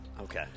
Okay